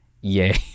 yay